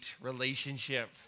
relationship